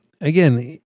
Again